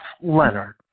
Leonard